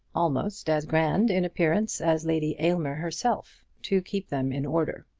almost as grand in appearance as lady aylmer herself, to keep them in order.